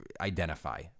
identify